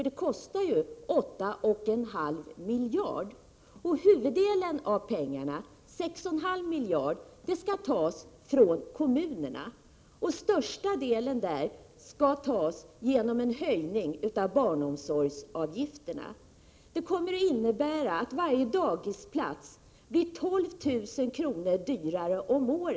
Det kostar 8,5 miljarder. Huvuddelen av pengarna, 6,5 miljarder, skall tas ffrån kommunerna. Största delen skall tas genom en höjning av barnomsorgsavgifterna. Det kommer att innebära att Prot. 1987/88:85 «varje daghemsplats blir 12 000 kr. dyrare per år.